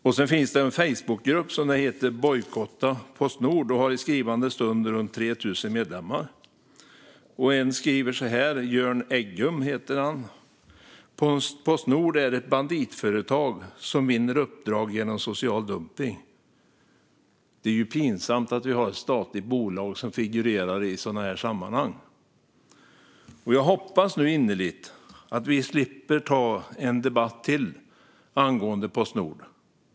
Det finns en Facebookgrupp som heter Bojkotta Postnord och som har runt 3 000 medlemmar. En av medlemmarna, Jørn Eggum, skriver att Postnord är ett banditföretag som vinner uppdrag genom social dumpning. Det är ju pinsamt att vi har ett statligt bolag som figurerar i sådana här sammanhang. Jag hoppas innerligt att vi slipper ta en debatt till angående Postnord.